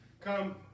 come